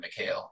McHale